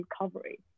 recovery